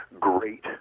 great